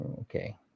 Okay